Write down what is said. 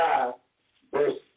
verse